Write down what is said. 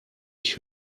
ich